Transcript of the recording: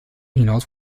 hinaus